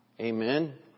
Amen